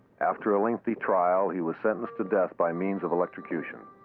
after a lengthy trial, he was sentenced to death by means of electrocution.